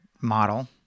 model